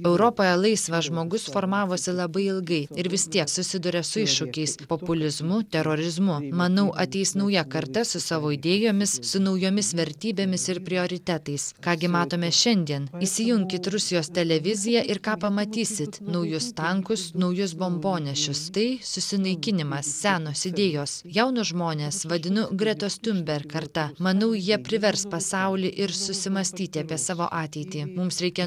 europoje laisvas žmogus formavosi labai ilgai ir vis tiek susiduria su iššūkiais populizmu terorizmu manau ateis nauja karta su savo idėjomis su naujomis vertybėmis ir prioritetais ką gi matome šiandien įsijunkit rusijos televiziją ir ką pamatysit naujus tankus naujus bombonešius tai susinaikinimas senos idėjos jaunus žmones vadinu gretos thunberg karta manau jie privers pasaulį ir susimąstyti apie savo ateitį mums reikia